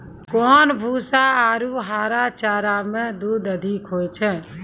कोन भूसा आरु हरा चारा मे दूध अधिक होय छै?